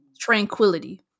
tranquility